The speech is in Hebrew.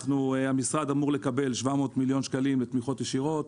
המשרד אמור לקבל 700 מיליון שקלים בתמיכות ישירות.